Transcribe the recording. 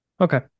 Okay